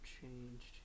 changed